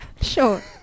Sure